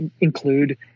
include